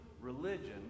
religion